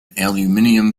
aluminium